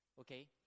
Okay